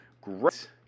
great